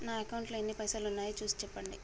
నా అకౌంట్లో ఎన్ని పైసలు ఉన్నాయి చూసి చెప్పండి?